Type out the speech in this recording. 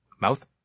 Mouth